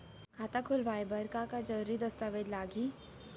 खाता खोलवाय बर का का जरूरी दस्तावेज लागही?